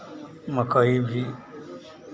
मकई भी